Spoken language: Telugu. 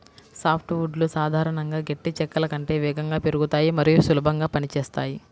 సాఫ్ట్ వుడ్లు సాధారణంగా గట్టి చెక్కల కంటే వేగంగా పెరుగుతాయి మరియు సులభంగా పని చేస్తాయి